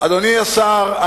אדוני השר,